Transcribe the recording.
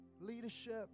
leadership